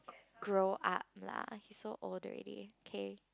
grow up lah he's so old already okay